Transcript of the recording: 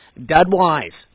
Dudwise